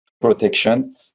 protection